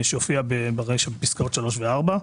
שהופיע ברישה בפסקאות (3) ו-(4).